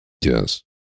yes